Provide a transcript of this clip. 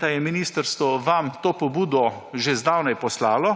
da je ministrstvo vam to pobudo že zdavnaj poslalo